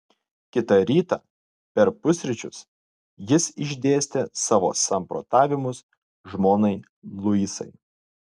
kitą rytą per pusryčius jis išdėstė savo samprotavimus žmonai luisai